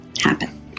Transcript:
happen